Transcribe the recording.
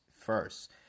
first